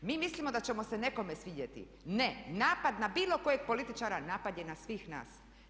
Mi mislimo da ćemo se nekome svidjeti, ne, napad na bilo kojeg političara napad je na sve nas.